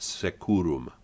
securum